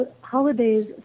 holidays